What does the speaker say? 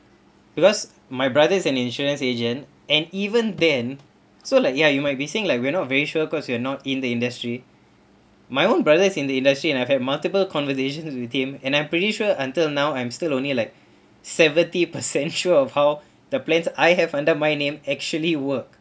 because my brother is an insurance agent and even then so like ya you might be saying like we are not very sure cause we are not in the industry my own brother is in the industry and I have multiple conversations with him and I'm pretty sure until now I'm still only like seventy percent sure of how the plans I have under my name actually work